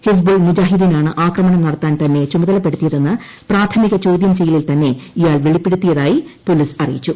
ഹിസ്ബുൾ മുജാഹിദീനാണ് ആക്രമണം നടത്താൻ തന്നെ ചുമതലപ്പെടുത്തിയതെന്ന് പ്രാഥമിക ചോദ്യം ചെയ്യലിൽ തന്നെ ഇയാൾ വെളിപ്പെടുത്തിയതായി പോലീസ് അറിയിച്ചു